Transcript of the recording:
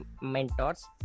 mentors